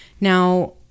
Now